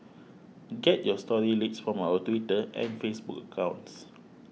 get your story leads from our Twitter and Facebook accounts